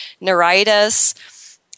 neuritis